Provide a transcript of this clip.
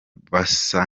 basa